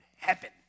heaven